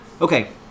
Okay